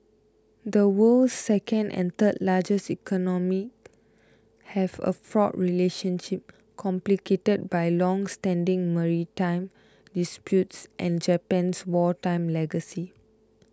the world's second and third largest economies have a fraught relationship complicated by longstanding maritime disputes and Japan's wartime legacy